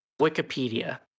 Wikipedia